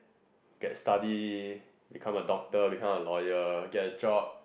they studied to become a doctor become a lawyer to get a job